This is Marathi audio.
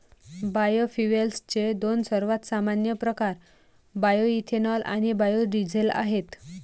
बायोफ्युएल्सचे दोन सर्वात सामान्य प्रकार बायोएथेनॉल आणि बायो डीझेल आहेत